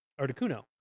Articuno